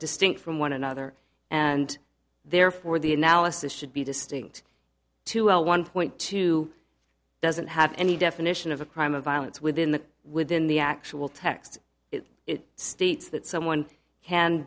distinct from one another and therefore the analysis should be distinct to one point two doesn't have any definition of a crime of violence within the within the actual text it states that someone can